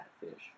Catfish